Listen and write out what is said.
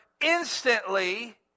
instantly